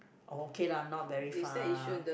okay lah not very far